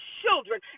children